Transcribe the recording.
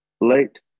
late